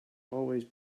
always